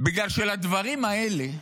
בגלל שלדברים האלה,